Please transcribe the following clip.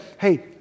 hey